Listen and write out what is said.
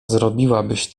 zrobiłabyś